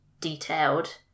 detailed